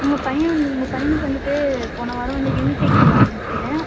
உங்கள் பையன் வந்து உங்கள் பையனுக்கு வந்துவிட்டு போன வாரம் வந்து யூனிட் எக்ஸாம் நடந்துச்சு